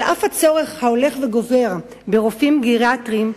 על אף הצורך ההולך וגובר ברופאים גריאטריים,